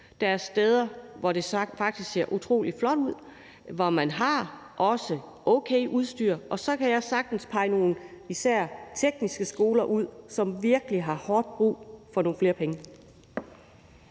Der er steder, hvor der faktisk ser utrolig flot ud, og hvor man også har okay udstyr, og så kan jeg sagtens pege nogle skoler, især tekniske skoler, ud, som virkelig har hårdt brug for nogle flere penge.